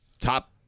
top